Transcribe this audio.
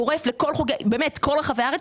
גורף לכל רחבי הארץ,